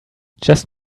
just